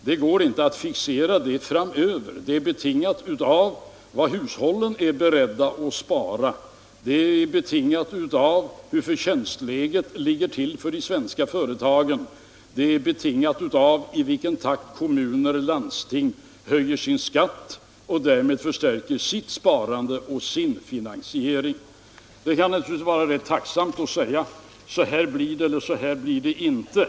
Det går inte att fixera det framöver — det är betingat av vad hushållen är beredda att spara, det är betingat av hur förtjänsten ligger till för de svenska företagen, det är betingat av i vilken takt kommuner och landsting höjer sin skatt och därmed förstärker sitt sparande och sin finansiering — men det kan naturligtvis vara rätt tacksamt att säga att så här blir det eller så här blir det inte.